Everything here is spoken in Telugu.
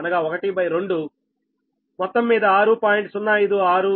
052 12 6